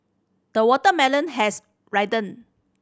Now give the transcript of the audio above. the watermelon has ripened